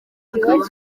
hakaba